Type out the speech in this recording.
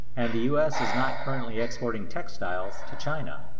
and the us is not currently exporting textiles to china.